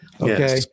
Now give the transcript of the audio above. Okay